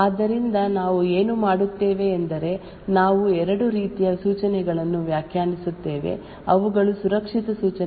ಆದ್ದರಿಂದ ನಾವು ಏನು ಮಾಡುತ್ತೇವೆ ಎಂದರೆ ನಾವು ಎರಡು ರೀತಿಯ ಸೂಚನೆಗಳನ್ನು ವ್ಯಾಖ್ಯಾನಿಸುತ್ತೇವೆ ಅವುಗಳು ಸುರಕ್ಷಿತ ಸೂಚನೆಗಳು ಮತ್ತು ಅಸುರಕ್ಷಿತ ಸೂಚನೆಗಳು ಆದ್ದರಿಂದ ಹೆಚ್ಚಿನ ಸೂಚನೆಗಳು ಸುರಕ್ಷಿತ ಸೂಚನೆಗಳಾಗಿವೆ